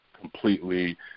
completely